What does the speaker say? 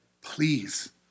please